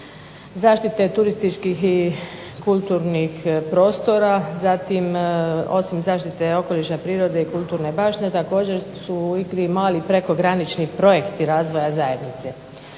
zaštite turističkih i kulturnih prostora. Zatim, osim zaštite okoliša, prirode i kulturne baštine. Također su u igri i mali prekogranični projekti razvoja zajednice.